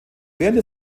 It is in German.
während